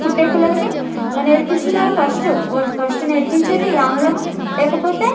పుట్టే పిల్లలకే నేర్పిస్తున్నారు ఫస్ట్ ఓ ఫస్ట్ నేర్పించేది ఆంగ్లము లేకపోతే హిందీ